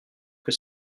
que